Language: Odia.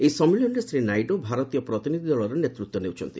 ଏହି ସମ୍ମିଳନୀରେ ଶ୍ରୀ ନାଇଡୁ ଭାରତୀୟ ପ୍ରତିନିଧି ଦଳର ନେତୃତ୍ୱ ନେଉଛନ୍ତି